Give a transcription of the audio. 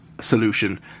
solution